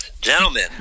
Gentlemen